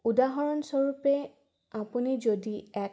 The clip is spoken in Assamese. উদাহৰণস্বৰূপে আপুনি যদি এক